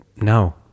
no